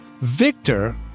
Victor